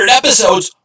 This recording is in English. episodes